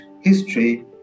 history